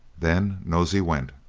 then nosey went.